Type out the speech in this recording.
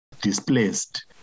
displaced